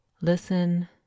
Listen